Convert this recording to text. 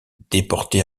déportés